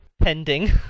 pending